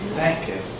thank you,